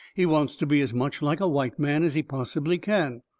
he wants to be as much like a white man as he possibly can.